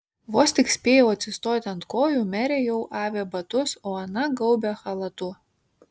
vos tik spėjau atsistoti ant kojų merė jau avė batus o ana gaubė chalatu